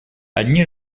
одни